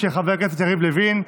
של חבר הכנסת יריב לוין.